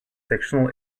sectional